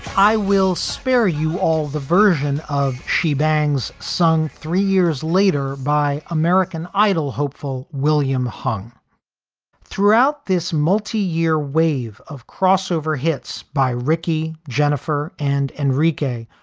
i will spare you all the version of she bangs, sung three years later by american idol hopeful william hung throughout this multi year wave of crossover hits by ricky, jennifer and enrique.